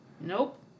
Nope